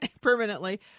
permanently